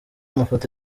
mafoto